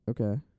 Okay